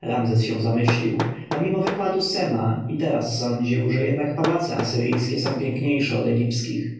ramzes się zamyślił pomimo wykładu sema i teraz sądził że jednak pałace asyryjskie są piękniejsze